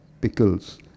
pickles